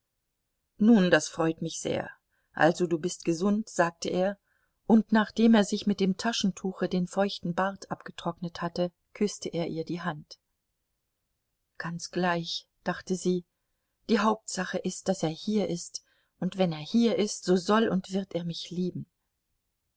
nun das freut mich sehr also du bist gesund sagte er und nachdem er sich mit dem taschentuche den feuchten bart abgetrocknet hatte küßte er ihr die hand ganz gleich dachte sie die hauptsache ist daß er hier ist und wenn er hier ist so soll und wird er mich lieben